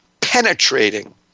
penetrating